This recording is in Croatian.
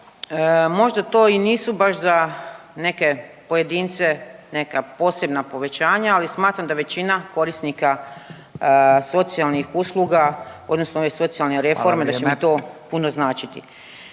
Možda to i nisu baš za neke pojedince neka posebna povećanja, ali smatram da većina korisnika socijalnih usluga odnosno ove socijalne reforme …/Upadica: